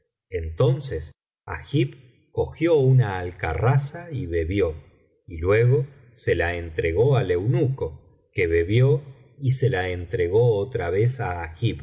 entonces agib cogió una alcarraza y bebió y luego se la entregó al eunuco que bebió y se la entregó otra vez á agib